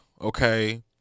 okay